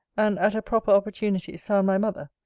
and, at a proper opportunity, sound my mother.